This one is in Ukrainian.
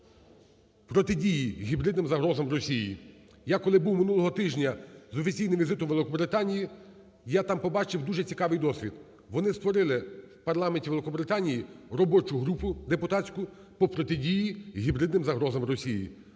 протидії гібридним загрозам Росії. Я коли був минулого тижня з офіційним візитом у Великобританії, я там побачив дуже цікавий досвід. Вони створили в парламенті Великобританії робочу групу депутатську по протидії гібридним загрозам Росії.